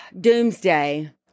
doomsday